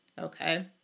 Okay